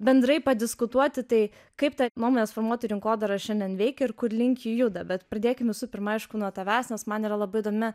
bendrai padiskutuoti tai kaip ta nuomonės formuotojų rinkodara šiandien veikia ir kurlink ji juda bet pradėkim visų pirma aišku nuo tavęs nes man yra labai įdomi